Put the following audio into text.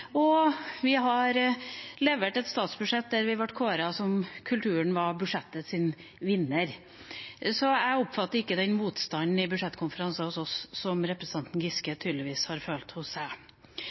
og vi har levert et statsbudsjett der kulturen ble kåret til budsjettvinner. Så jeg oppfatter ikke den motstanden i budsjettkonferanser hos oss som representanten Giske tydeligvis har følt.